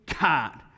God